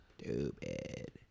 stupid